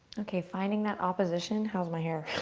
okay, finding that opposition. how is my hair?